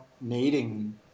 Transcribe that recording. needing